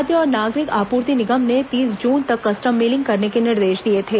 खाद्य और नागरिक आपूर्ति निगम ने तीस जून तक कस्टम मिलिंग करने के निर्देश दिए थे